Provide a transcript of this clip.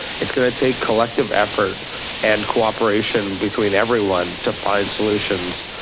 it's gonna take collective effort and cooperation between everyone to find solutions,